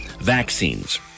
vaccines